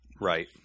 Right